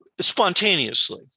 spontaneously